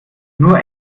nur